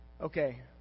okay